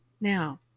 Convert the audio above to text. Now